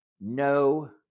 No